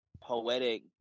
poetic